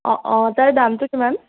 অঁ অঁ তাৰ দামটো কিমান